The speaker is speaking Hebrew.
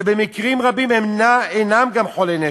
שבמקרים רבים אינם גם חולי נפש,